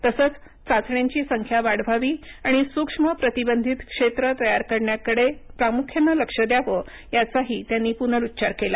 तसंच चाचण्यांची संख्या वाढवावी आणि सूक्ष्म प्रतिबंधित क्षेत्र तयार करण्याकडे प्रामुख्यानं लक्ष द्यावं याचाही त्यांनी पुनरुच्चार केला